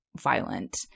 violent